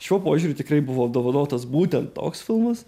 šiuo požiūriu tikrai buvo apdovanotas būtent toks filmas